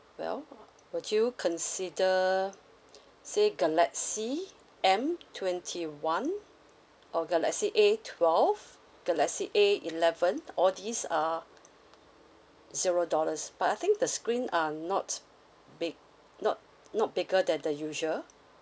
well would you consider say galaxy M twenty one or galaxy A twelve galaxy A eleven all these are zero dollars but I think the screen are not big not not bigger than the usual